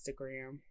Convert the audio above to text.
Instagram